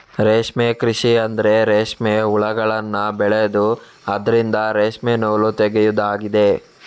ರೇಷ್ಮೆ ಕೃಷಿ ಅಂದ್ರೆ ರೇಷ್ಮೆ ಹುಳಗಳನ್ನ ಬೆಳೆದು ಅದ್ರಿಂದ ರೇಷ್ಮೆ ನೂಲು ತೆಗೆಯುದಾಗಿದೆ